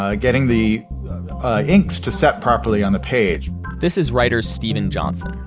ah getting the inks to set properly on the page this is writer steven johnson,